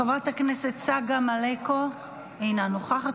חברת הכנסת צגה מלקו, אינה נוכחת.